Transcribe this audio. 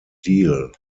deal